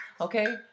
Okay